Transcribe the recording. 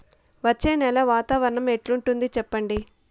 వచ్చే నెల వాతావరణం ఎట్లుంటుంది చెప్పండి?